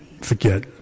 forget